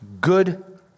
good